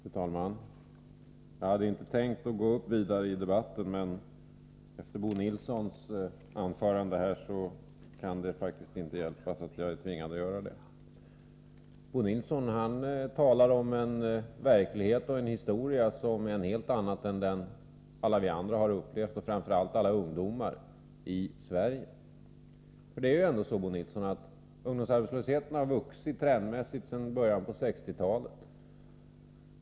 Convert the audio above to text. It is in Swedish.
Fru talman! Jag hade inte tänkt gå upp i debatten vidare, men efter Bo Nilssons anförande är jag faktiskt tvingad att göra det. Bo Nilsson talar om en verklighet och en historia som är en helt annan än den alla vi andra och framför allt alla ungdomar i Sverige har upplevt. Det är ändå så, Bo Nilsson, att ungdomsarbetslösheten har vuxit trendmässigt sedan början av 1960-talet.